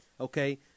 okay